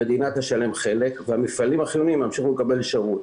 המדינה תשלם חלק והמפעלים החיוניים ימשיכו לקבל שירות,